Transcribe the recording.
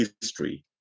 history